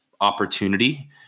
opportunity